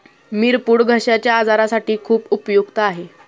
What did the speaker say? मिरपूड घश्याच्या आजारासाठी खूप उपयुक्त आहे